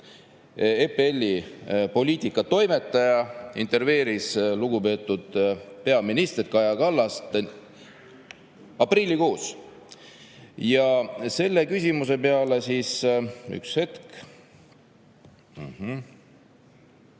EPL-i poliitikatoimetaja, intervjueeris lugupeetud peaministrit Kaja Kallast aprillikuus. Ja selle küsimuse peale … Üks hetk.